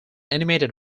animated